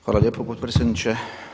Hvala lijepo potpredsjedniče.